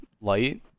light